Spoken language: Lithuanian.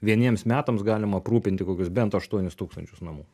vieniems metams galima aprūpinti kokius bent aštuonis tūkstančius namų